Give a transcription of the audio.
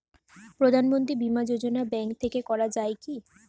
প্রধানমন্ত্রী বিমা যোজনা ব্যাংক থেকে করা যায় কি?